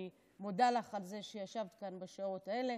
אני מודה לך על זה שישבת כאן בשעות האלה,